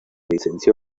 licenció